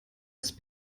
ist